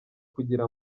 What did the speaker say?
kugira